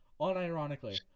unironically